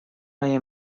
های